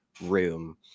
room